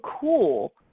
cool